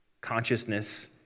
consciousness